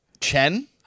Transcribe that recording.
Chen